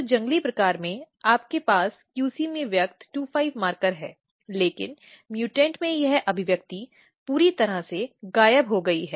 तो जंगली प्रकार में आपके पास QC में व्यक्त 25 मार्कर हैं लेकिन म्युटेंटमें यह अभिव्यक्ति पूरी तरह से गायब हो गई है